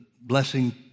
blessing